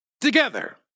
Together